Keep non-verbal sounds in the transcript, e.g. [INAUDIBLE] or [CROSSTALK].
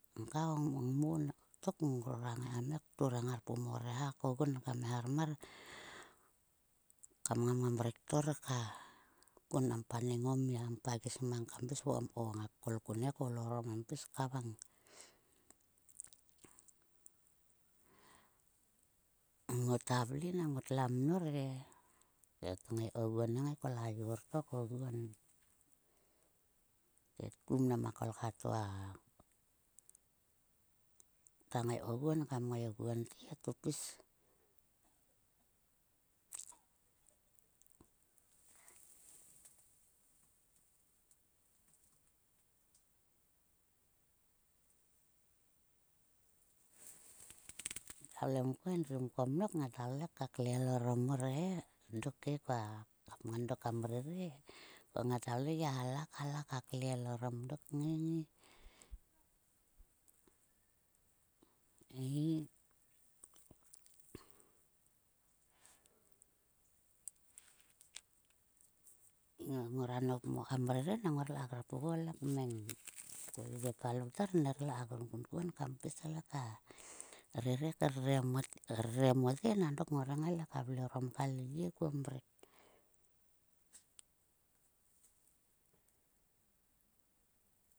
Ngka o ngmo o ngtok ngrora ngai kam turang ngar pum o reha kogun kam eharmar. Kam ngam ngam rektor ka kua kam paneng o mia kam pagis mang ko, ngak kol kun kam pis kavang. Ngota vle nang ngotla mnor e, te tngai koguon he kol a yor to koguon. Tetku mnam a koltha to a. Ta ngai koguon kam ngai guonte to pis, kua vle mkan endri mko mnok ngata vle ka klel orom mor he [UNINTELLIGIBLE] dokhe koa kapngan dok kam veve. Ko ngat gia vle gia halla, halla, ka klel orom dok ngua, ngai. Ei, ngora nop mo kam rere nang ngorle ka grap oguo le kmeng, ko lyie to a loutar nerle ka grung kunkuon kam pis le ka rere, krere mote nang dok ngor le kngai ka vle orom ka lyie kuom mrek.